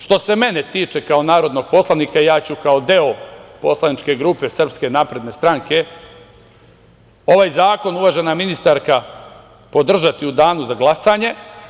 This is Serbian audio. Što se mene tiče kao narodnog poslanika, ja ću kao deo poslaničke grupe SNS ovaj zakon, uvažena ministarka, podržati u danu za glasanje.